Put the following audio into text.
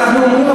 אנחנו אומרים,